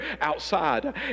outside